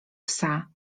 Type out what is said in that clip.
psa